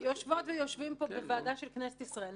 אנחנו יושבות ויושבים פה בוועדה של כנסת ישראל,